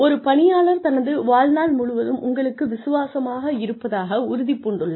ஒரு பணியாளர் தனது வாழ்நாள் முழுவதும் உங்களுக்கு விசுவாசமாக இருப்பதாக உறுதி பூண்டுள்ளார்